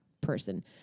person